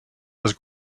was